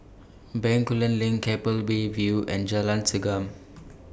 Bencoolen LINK Keppel Bay View and Jalan Segam